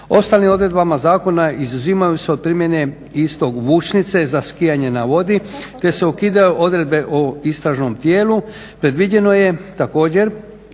Ostalim odredbama zakona izuzimaju se od primjene istog vučnice za skijanje na vodi, te se ukidaju odredbe o istražnom tijelu. Predviđeno je također